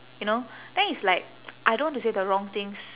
you know then it's like I don't want to say the wrong things